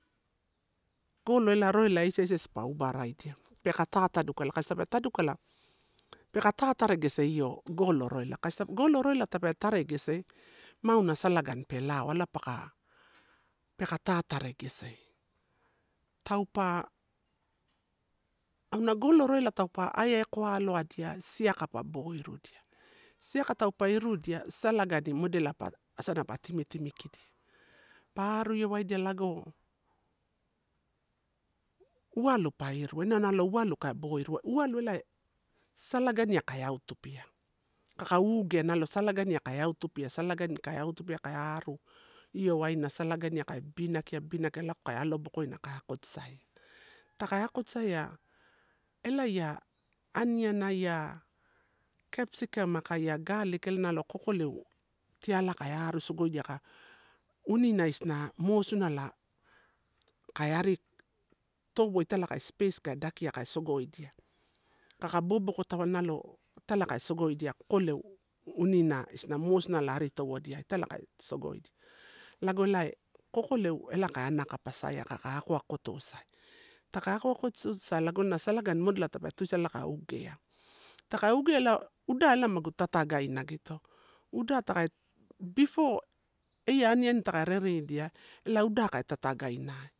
Galo ela raila eisa esese pa obaridia, peka tata dukala kasi tape taduka, peka tataregese io golo roila kasi, golo roila tape taregese ma auna salagani pe lao, ala paka, peka tataregese. Taupa, auna golo roela taupe aiaiko aloadia, siaka pa bo irudia, siaka taupe irudia, salagani modela pa, asana pa timitimikidia. Pari ewaidia lago uwalupa irua, inau nalo uwalu ka bo irua, uwalo elae salaganiai ka autupia, kaka ugea nalo salaganiai, salagani kai autupia salogani kai ewtupia ka ari io waina salaganiai ka bibinakia, bibinakia lago kai alo bokoina ka akotosia. Taka akotosia elaia, aniana, ia capsicam aka ia garlic ela nalo kokoleu tialai ka aru sogoidia, unina isina mosunala kaia ri towo italai space ka dakia ka sogoidia. Kaka boboko tawalawo itai ka sogoidia, kokoleu unina isina mosunala ari towodia italai ka sogoidia lago lae kokoleu elae ka anakapa saia, kaka akoakotosai. Taka akoatotosai lago na salagani modela tape tuisala ela ka ugea, taka ugea ela uda ela magu tatagaina gito uda takei. Before eia aniani taka redidia ela uda ka tatagaina.